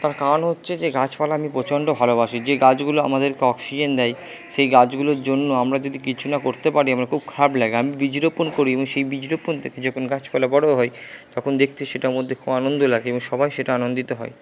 তার কারণ হচ্ছে যে গাছপালা আমি প্রচন্ড ভালোবাসি যে গাছগুলো আমাদেরকে অক্সিজেন দেয় সেই গাছগুলোর জন্য আমরা যদি কিছু না করতে পারি আমার খুব খারাপ লাগে আমি বীজ রোপন করি এবং সেই বীজ রোপন থেকে যখন গাছপালা বড় হয় তখন দেখতে সেটা মধ্যে খুব আনন্দ লাগে এবং সবাই সেটা আনন্দিত হয়